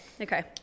okay